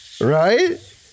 right